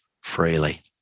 freely